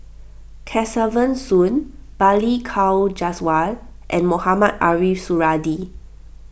Kesavan Soon Balli Kaur Jaswal and Mohamed Ariff Suradi